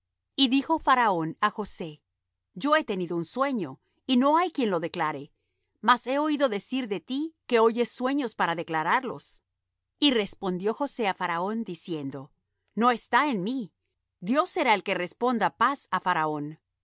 y dijo faraón á josé yo he tenido un sueño y no hay quien lo declare mas he oído decir de ti que oyes sueños para declararlos y respondió josé á faraón diciendo no está en mí dios será el que responda paz á faraón